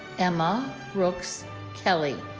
emma brooks kelley